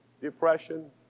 Depression